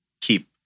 keep